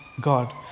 God